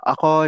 Ako